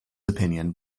opinion